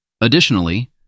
Additionally